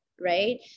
right